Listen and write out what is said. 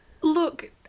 Look